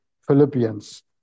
Philippians